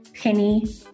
Penny